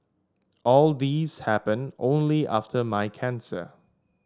all these happened only after my cancer